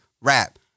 rap